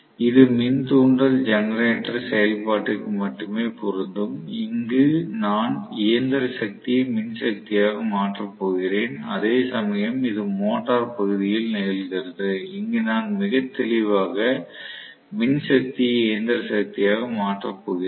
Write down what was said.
இது மின் தூண்டல் ஜெனரேட்டர் செயல்பாட்டிற்கு மட்டுமே பொருந்தும் இங்கு நான் இயந்திர சக்தியை மின் சக்தியாக மாற்றப் போகிறேன் அதேசமயம் இது மோட்டார் பகுதியில் நிகழ்கிறது அங்கு நான் மிகத் தெளிவாக மின் சக்தியை இயந்திர சக்தியாக மாற்றப் போகிறேன்